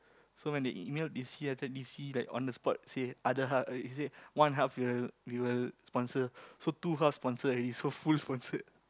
so when they emailed D_C D_C like on the spot say other half eh he say one half we will we will sponsor so two half sponsor already so full sponsored